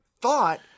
thought